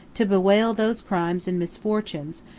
to bewail those crimes and misfortunes,